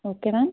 okay ma'am